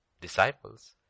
disciples